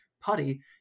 putty